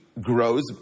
grows